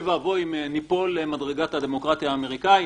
ואבוי אם ניפול למדרגת הדמוקרטיה האמריקנית.